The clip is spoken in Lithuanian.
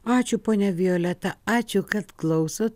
ačiū ponia violeta ačiū kad klausot